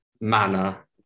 manner